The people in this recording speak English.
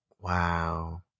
Wow